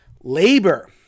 Labor